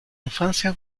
infancia